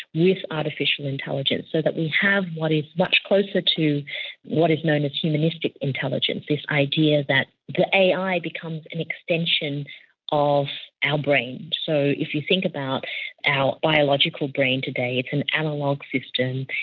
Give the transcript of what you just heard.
use artificial intelligence so that we have what is much closer to what is known as humanistic intelligence, this idea that the ai becomes an extension of our brains. so if you think about our biological brain today, it's an analogue system,